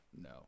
no